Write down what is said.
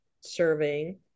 serving